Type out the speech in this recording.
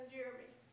Jeremy